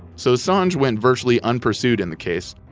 so assange went virtually unpursued in the case.